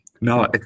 No